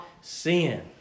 sin